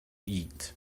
eat